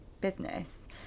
business